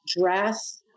dress